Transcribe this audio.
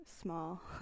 small